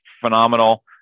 phenomenal